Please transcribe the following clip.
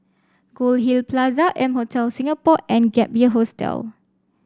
Goldhill Plaza M Hotel Singapore and Gap Year Hostel